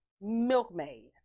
milkmaid